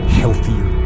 healthier